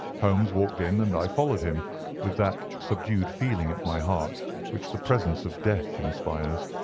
holmes walked in, and i followed him with that subdued feeling at my heart which the presence of death inspires.